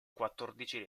quattordici